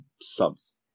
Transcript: subs